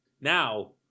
Now